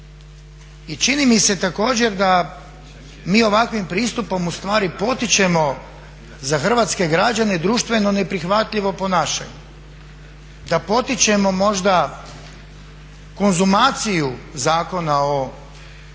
I čini mi se također da mi ovakvim pristupom ustvari potičemo za hrvatske građane društveno ne prihvatljivo ponašanje, da potičemo možda konzumaciju Zakona